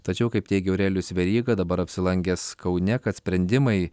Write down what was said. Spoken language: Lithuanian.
tačiau kaip teigia aurelijus veryga dabar apsilankęs kaune kad sprendimai